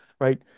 right